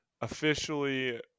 officially